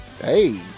hey